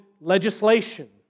legislation